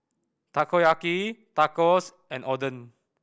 Takoyaki Tacos and Oden